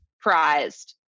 prized